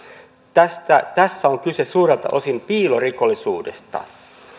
tässä on kyse suurelta osin piilorikollisuudesta